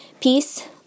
peace